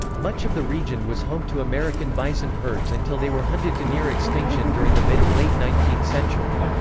much of the region was home to american bison herds until they were hunted to near extinction during the mid late nineteenth century.